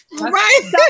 Right